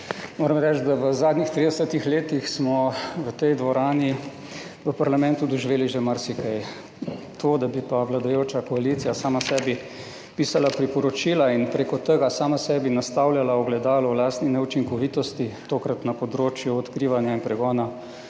Moram reči, da v zadnjih 30-letih smo v tej dvorani v parlamentu doživeli že marsikaj. To, da bi pa vladajoča koalicija sama sebi pisala priporočila in preko tega sama sebi nastavljala ogledalo o lastni neučinkovitosti, tokrat na področju odkrivanja in pregona